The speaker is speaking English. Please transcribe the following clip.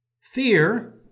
Fear